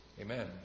Amen